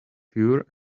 pure